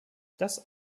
das